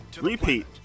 repeat